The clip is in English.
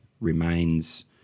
remains